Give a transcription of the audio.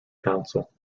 council